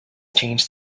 changed